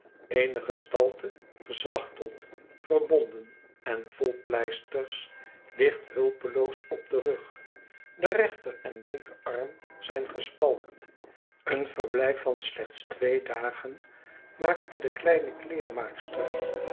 eene gestalte gezwachteld verbonden en vol pleisters ligt hulpeloos op den rug de rechter en linkerarm zijn gespalkt en verblijf van slechts twee dagen maakte de kleine kleermaakster